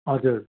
हजुर